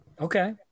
okay